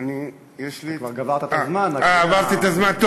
יש לי, כבר עברת את הזמן, אה, עברתי את הזמן?